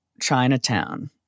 Chinatown